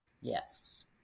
Yes